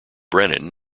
brennan